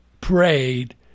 prayed